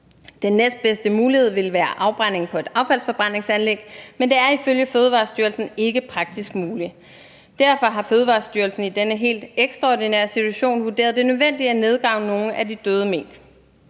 Den næstbedste mulighed ville være afbrænding på et affaldsforbrændingsanlæg, men det er ifølge Fødevarestyrelsen ikke praktisk muligt. Derfor har Fødevarestyrelsen i denne helt ekstraordinære situation vurderet, at det er nødvendigt at nedgrave nogle af de døde mink.